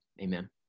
amen